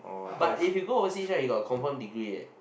but if you go overseas right you got confirm degree leh